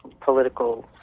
political